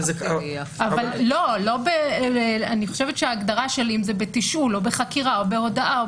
אני חושבת שההגדרה אם זה בתשאול או בחקירה או בהודעה,